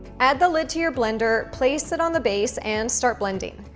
add the lid to your blender, place it on the base and start blending.